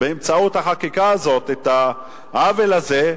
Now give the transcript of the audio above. באמצעות החקיקה הזאת, את העוול הזה,